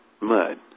mud